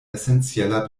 essenzieller